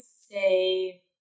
say